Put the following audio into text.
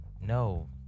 no